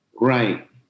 Right